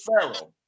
Pharaoh